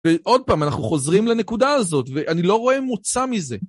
ועוד פעם, אנחנו חוזרים לנקודה הזאת, ואני לא רואה מוצא מזה.